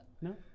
No